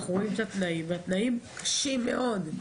אנחנו רואים את התנאים והתנאים קשים מאוד.